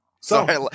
Sorry